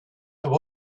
there